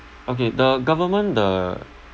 okay the government the